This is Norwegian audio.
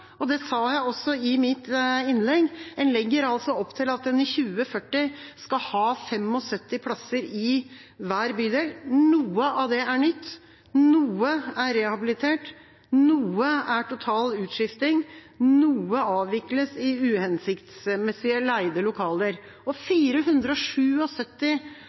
det også. Det sa jeg også i mitt innlegg. En legger altså opp til at en i 2040 skal ha 75 plasser i hver bydel. Noen av dem er nye, noen av dem er rehabilitert, noen er et resultat av total utskifting, og noen avvikles i uhensiktsmessige, leide lokaler.